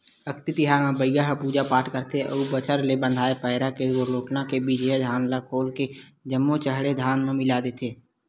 अक्ती तिहार म बइगा ह पूजा पाठ करथे अउ बछर भर ले बंधाए पैरा के लोटना के बिजहा धान ल खोल के जम्मो चड़हे धान म मिला देथे